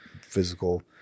physical –